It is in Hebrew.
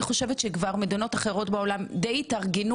אני חושבת שמדינות אחרות בעולם התארגנו